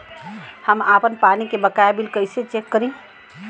हम आपन पानी के बकाया बिल कईसे चेक करी?